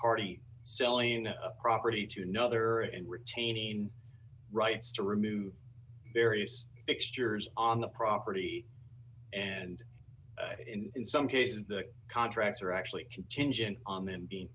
already selling property to another and retaining rights to remove various fixtures on the property and in some cases the contracts are actually contingent on him being